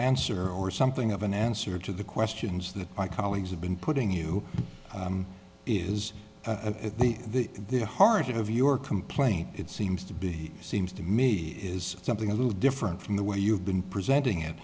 answer or something of an answer to the questions that my colleagues have been putting you is at the the the heart of your complaint it seems to be seems to me is something a little different from the way you've been presenting